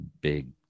big